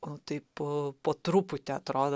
o taip po truputį atrodo